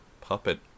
puppet